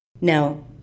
Now